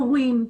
הורים,